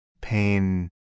pain